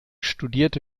studierte